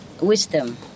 Wisdom